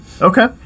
Okay